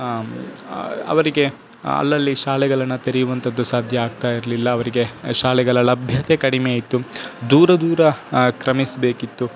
ಅವರಿಗೆ ಅಲ್ಲಲ್ಲಿ ಶಾಲೆಗಳನ್ನು ತೆರೆಯುವಂಥದ್ದು ಸಾಧ್ಯ ಆಗ್ತಾ ಇರಲಿಲ್ಲ ಅವರಿಗೆ ಶಾಲೆಗಳ ಲಭ್ಯತೆ ಕಡಿಮೆ ಇತ್ತು ದೂರ ದೂರ ಕ್ರಮಿಸಬೇಕಿತ್ತು